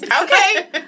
Okay